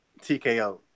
TKO